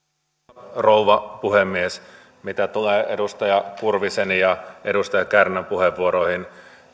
arvoisa rouva puhemies mitä tulee edustaja kurvisen ja edustaja kärnän puheenvuoroihin